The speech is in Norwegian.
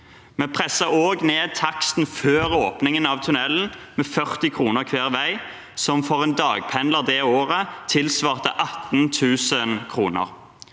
Vi presset også ned taksten før åpningen av tunnelen med 40 kr hver vei, som for en dagpendler det året tilsvarte 18 000 kr.